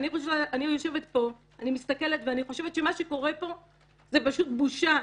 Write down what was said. אני יושבת פה ואני חושבת שמה שקורה פה זה פשוט בושה.